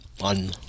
on